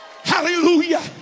Hallelujah